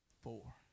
Four